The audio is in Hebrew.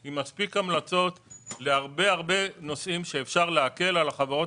עם מספיק המלצות להרבה נושאים שאפשר להקל על החברות